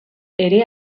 ere